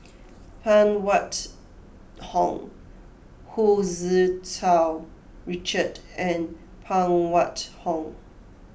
Phan Wait Hong Hu Tsu Tau Richard and Phan Wait Hong